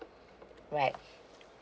alright